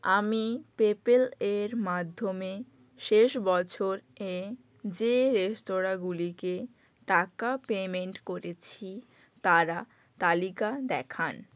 আমি পেপ্যাল এর মাধ্যমে শেষ বছর এ যে রেস্তোরাঁগুলিকে টাকা পেমেন্ট করেছি তারা তালিকা দেখান